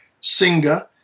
singer